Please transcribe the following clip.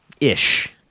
Ish